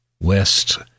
west